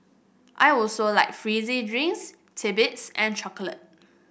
I also like fizzy drinks titbits and chocolate